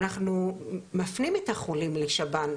אנחנו מפנים את החולים לשב"ן,